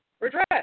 redress